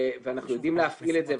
אנחנו יודעים להפעיל את זה,